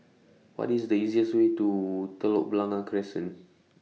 What IS The easiest Way to Telok Blangah Crescent